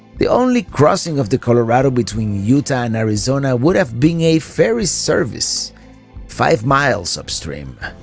the only crossing of the colorado between utah and arizona would have been a ferry service five miles upstream.